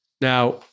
Now